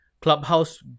Clubhouse